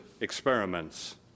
experiments